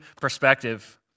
perspective